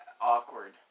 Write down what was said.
awkward